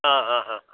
हाँ हाँ हाँ